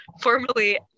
formerly